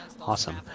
awesome